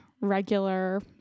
regular